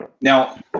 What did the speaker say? Now